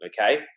okay